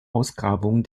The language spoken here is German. ausgrabungen